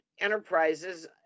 enterprises